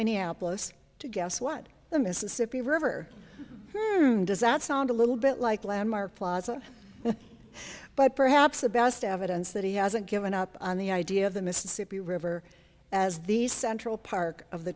minneapolis to guess what the mississippi river does that sound a little bit like landmark plaza but perhaps the best evidence that he hasn't given up on the idea of the mississippi river as the central park of the